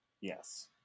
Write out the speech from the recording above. Yes